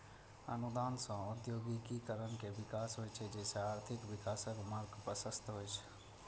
अनुदान सं औद्योगिकीकरण के विकास होइ छै, जइसे आर्थिक विकासक मार्ग प्रशस्त होइ छै